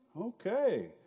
Okay